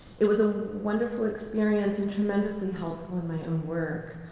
it was a wonderful experience and tremendously helpful in my um work.